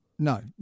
No